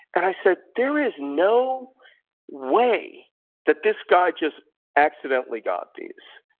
and i said, there is no way that this guy just accidentally got these.